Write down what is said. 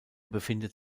befindet